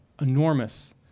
enormous